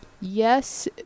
Yes